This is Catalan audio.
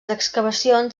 excavacions